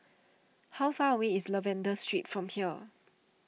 how far away is Lavender Street from here